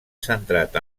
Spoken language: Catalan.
centrat